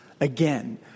again